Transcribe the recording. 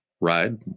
ride